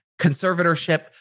conservatorship